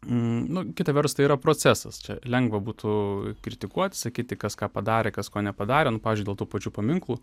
nu kita vertus tai yra procesas čia lengva būtų kritikuoti sakyti kas ką padarė kas ko nepadarė nu pavyzdžiui dėl tų pačių paminklų